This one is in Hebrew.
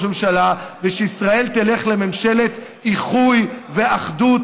ממשלה ושישראל תלך לממשלת איחוי ואחדות,